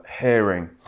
hearing